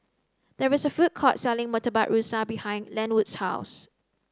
there is a food court selling murtabak rusa behind Lenwood's house